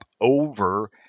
over